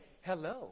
Hello